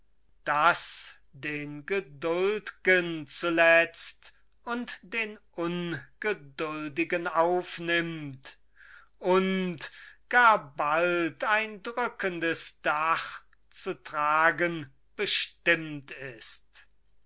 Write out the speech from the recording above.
das den geduld'gen zuletzt und den ungeduldigen aufnimmt und gar bald ein drückendes dach zu tragen bestimmt ist